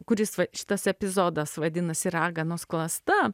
kuris va šitas epizodas vadinasi raganos klasta